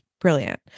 brilliant